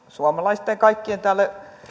suomalaisten ja kaikkien täällä